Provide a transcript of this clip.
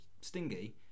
stingy